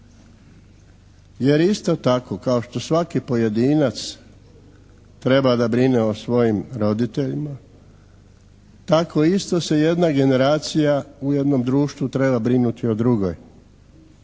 Jer isto tako kao što svaki pojedinac treba da brine o svojim roditeljima, tako isto se jedna generacija u jednom društvu treba brinuti o drugoj.